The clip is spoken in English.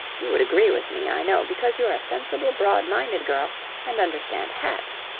you would agree with me, i know, because you're a sensible, broad-minded girl and understand hats.